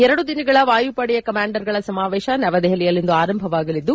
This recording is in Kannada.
ಎರಡು ದಿನಗಳ ವಾಯುಪಡೆ ಕಮಾಂಡರ್ಗಳ ಸಮಾವೇಶ ನವದೆಹಲಿ ಯಲ್ಲಿಂದು ಆರಂಭವಾಗಲಿದ್ದು